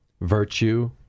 virtue